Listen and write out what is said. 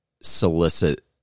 solicit